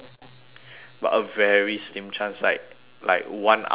but a very slim chance like like one out of hundred